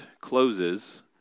closes